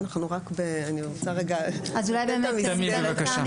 אני רוצה רגע לתת את המסגרת של הדיון.